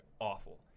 awful